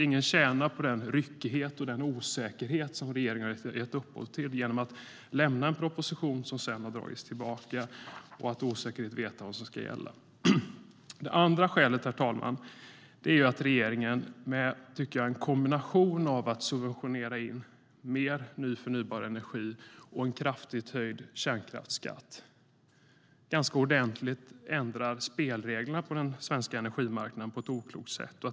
Ingen tjänar på den ryckighet och osäkerhet som regeringen har gett upphov till genom att avlämna en proposition som sedan har dragits tillbaka och att osäkerhet råder om vad som ska gälla. Det andra skälet är att regeringen med en kombination av att subventionera in mer ny förnybar energi och en kraftigt höjd kärnkraftsskatt ganska ordentligt ändrar spelreglerna på den svenska energimarknaden på ett oklokt sätt.